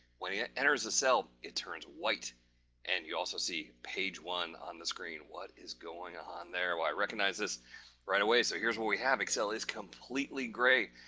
when he ah enters the cell it turns white and you also see page one on the screen. what is going on there while i recognize this right away. so, here's what we have excel it's completely great.